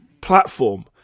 platform